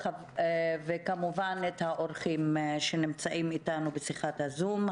וכמובן לאורחים שנמצאים אתנו בשיחת הזום.